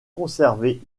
conservé